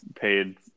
paid